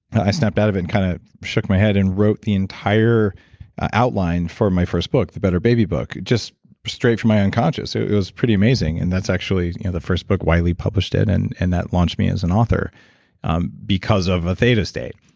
i snapped out of it and kind of shook my head and wrote the entire outline for my first book, the better baby book. just straight from my own conscious. so it was pretty amazing, and that's actually you know the first book, wiley published it. and and that launched me as an author um because of a theta state.